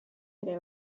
ere